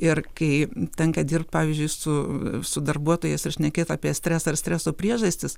ir kai tenka dirbt pavyzdžiui su su darbuotojais ir šnekėt apie stresą ir streso priežastis